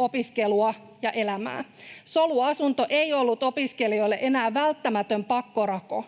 opiskelua ja elämää. Soluasunto ei ollut opiskelijoille enää välttämätön pakkorako.